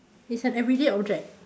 it's an everyday object